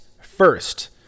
first